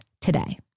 today